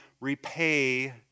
repay